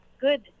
good